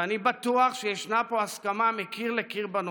ואני בטוח שישנה פה הסכמה מקיר לקיר בנושא.